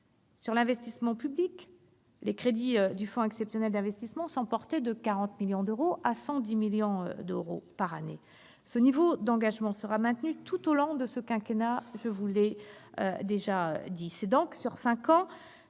l'investissement public, les crédits du fonds exceptionnel d'investissement sont portés de 40 millions d'euros à 110 millions d'euros par an. Ce niveau d'engagement sera maintenu tout au long du quinquennat. Sur cinq ans, ce sont donc 500 millions